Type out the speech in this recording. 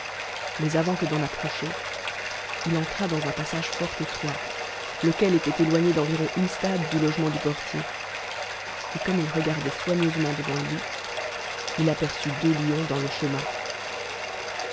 mais avant que d'en approcher il entra dau un passage fort étroit lequel itoit éloigud d'environ une stade du logement du portier et comme il regajrdoit soigneusement devant lui i aperçut deux lions dans le chenlin